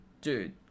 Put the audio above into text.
dude